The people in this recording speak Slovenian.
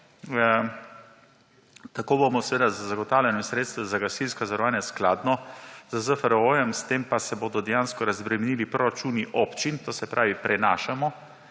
Tako bomo z zagotavljanjem sredstev za gasilska zavarovanja, skladno z ZFRO, s tem pa se bodo dejansko razbremenili proračuni občin. To se pravi, prenašamo